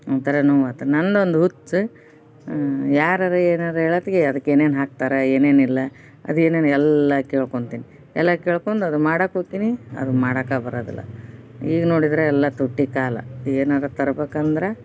ಒಂಥರ ನೋವಾತು ನಂದೊಂದು ಹುಚ್ಚು ಯಾರರೂ ಏನಾರೂ ಹೇಳತ್ಗೆ ಅದಕ್ಕೆ ಏನೇನು ಹಾಕ್ತರೆ ಏನೇನಿಲ್ಲ ಅದು ಏನೇನು ಎಲ್ಲ ಕೇಳ್ಕೊಂತೀನಿ ಎಲ್ಲ ಕೇಳ್ಕೊಂಡ್ ಅದು ಮಾಡಕ್ಕೋತೀನಿ ಅದು ಮಾಡಕ್ಕೆ ಬರೋದಿಲ್ಲ ಈಗ ನೋಡಿದರೆ ಎಲ್ಲ ತುಟ್ಟಿ ಕಾಲ ಏನಾರೂ ತರ್ಬೇಕಂದ್ರೆ